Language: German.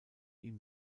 ihm